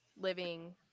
living